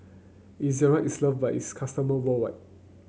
Ezerra is loved by its customer world